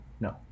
No